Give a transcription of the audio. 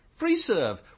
FreeServe